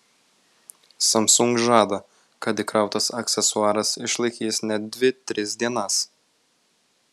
samsung žada kad įkrautas aksesuaras išlaikys net dvi tris dienas